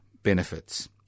Benefits